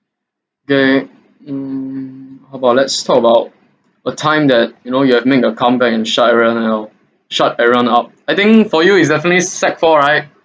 okay mm how about let's talk about a time that you know you have make a comeback and shut everyone up shut everyone up I think for you is definitely sec~ four right